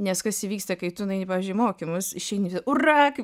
nes kas įvyksta kai tu nueini pavyzdžiui į mokymus išeini ura kaip